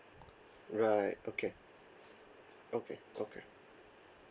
right okay okay okay